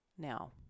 now